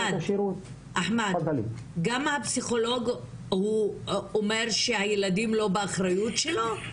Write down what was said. גם הפסיכולוג הוא אומר שהילדים לא באחריות שלו?